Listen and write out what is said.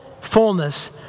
fullness